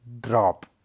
drop